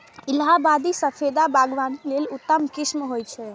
इलाहाबादी सफेदा बागवानी लेल उत्तम किस्म होइ छै